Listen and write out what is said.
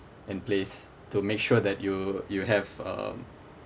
in place to make sure that you you have um